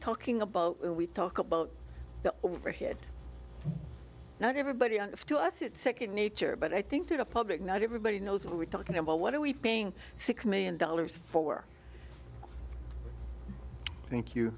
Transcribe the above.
talking about when we talk about the overhead not everybody and of to us it's second nature but i think the public not everybody knows what we're talking about what are we paying six million dollars for thank you